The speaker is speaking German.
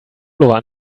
pullover